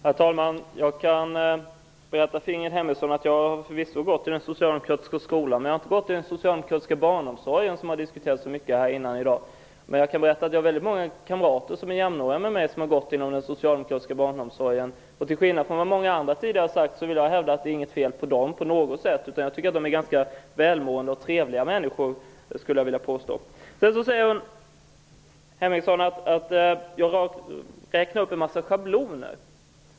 Herr talman! Jag kan berätta för Ingrid Hemmingsson att jag förvisso har gått i den socialdemokratiska skolan. Men jag har inte deltagit i den socialdemokratiska barnomsorgen, som har diskuterats så mycket tidigare. Det har däremot många av mina jämnåriga kamrater gjort. Till skillnad från vad många andra tidigare har sagt, vill jag hävda att det inte är något fel på dem, utan de är ganska välmående och trevliga människor. Ingrid Hemmingsson säger att jag räknade upp en massa schabloner.